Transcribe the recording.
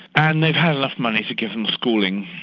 and they've had enough money to give them schooling,